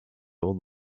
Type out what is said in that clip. old